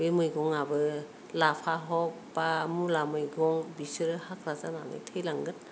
बे मैगंआबो लाफा हक बा मुला मैगं बिसोरो हाग्रा जानानै थैलांगोन